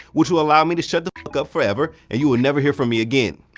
which will allow me to shut the fuck up forever and you will never hear from me again.